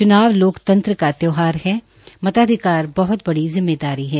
चुनाव लोकतंत्र का त्यौहार है मताधिकार बह्ुत बड़ी जिम्मेदारी है